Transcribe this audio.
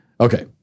Okay